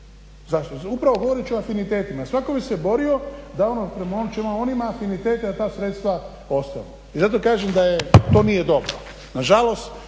Zašto? Upravo govoreći o afinitetima. Svatko bi se borio da uopće prema onim afinitetima ta sredstva ostanu. I zato kažem da to nije dobro. Na žalost,